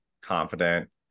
confident